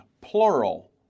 plural